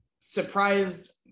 surprised